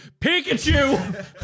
Pikachu